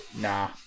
Nah